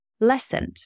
lessened